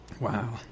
Wow